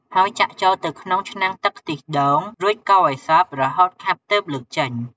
ហើយចាក់ចូលទៅក្នុងឆ្នាំងទឹកខ្ទិះដូង រួចកូរឱ្យសព្វរហូតខាប់ទើបលើកចេញ។